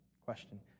question